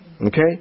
Okay